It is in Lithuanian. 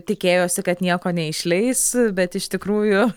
tikėjosi kad nieko neišleis bet iš tikrųjų